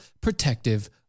protective